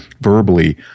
verbally